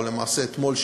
למעשה אתמול,